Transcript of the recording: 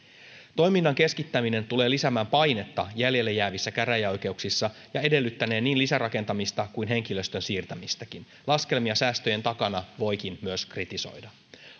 toiminnan keskittäminen tulee lisäämään painetta jäljelle jäävissä käräjäoikeuksissa ja edellyttänee niin lisärakentamista kuin henkilöstön siirtämistäkin laskelmia säästöjen takana voikin myös kritisoida